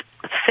six